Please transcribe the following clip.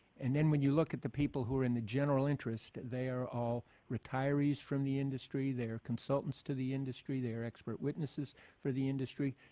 and then when you look at the people who are in the general interest, they are all retirees from the industry, they are consultants to the industry, they are expert witnesses for the industry.